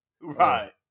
right